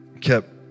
kept